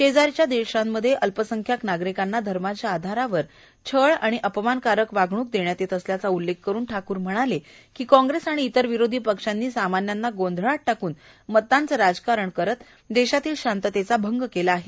शेजारील राष्ट्रांमध्ये अल्पसंख्यांक नागरिकांना धर्माच्या आधारावर अपमानकारक वागणूक देण्यात येत असल्याचा उल्लेख करुन व्यकूर म्हणाते की काँग्रेस आणि इतर विरोधी पक्षांनी सामान्यांना गोंधळात यकून मतांचं राजकारण करित देशातील शांततेचा अंग केला आहे